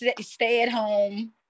stay-at-home